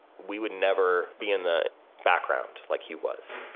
we would never be in the background like he was.